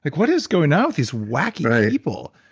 what is going on with these wacky people?